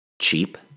cheap